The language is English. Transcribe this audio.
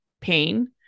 pain